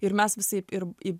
ir mes visaip ir į